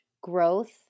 growth